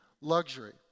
luxury